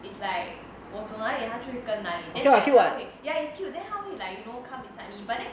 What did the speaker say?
it's like 我走那里它就会跟那里 then like 他会 ya it's cute then 他会 like come beside me but then